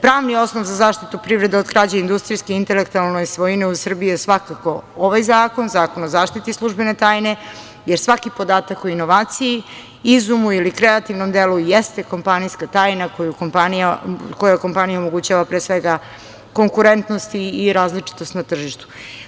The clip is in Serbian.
Pravni osnov za zaštitu privrede od krađe industrijske intelektualne svojine u Srbiji je, svakako, ovaj zakon, Zakon o zaštiti službene tajne, jer svaki podatak o inovaciji, izumu ili kreativnom delu jeste kompanijska tajna koja kompaniji omogućava konkurentnost i različitost na tržištu.